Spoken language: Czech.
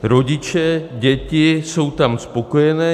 Rodiče, děti jsou tam spokojení.